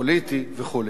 פוליטי וכו'.